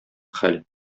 хәл